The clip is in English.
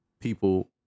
people